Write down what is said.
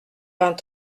vingt